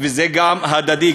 וזה הדדי,